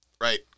Right